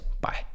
bye